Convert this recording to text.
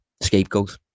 scapegoat